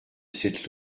cette